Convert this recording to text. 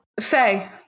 Faye